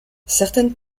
certaines